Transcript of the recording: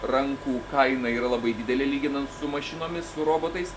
rankų kaina yra labai didelė lyginant su mašinomis su robotais